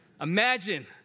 Imagine